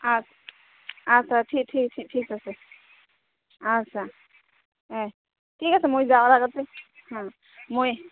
আচ আচ্ছা ঠিক ঠিক ঠিক আছে আচ্ছা এ ঠিক আছে মই যোৱাৰ আগতে মই